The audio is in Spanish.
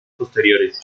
posteriores